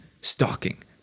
stalking